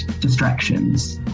distractions